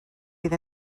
fydd